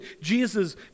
Jesus